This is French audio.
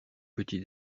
petit